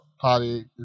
party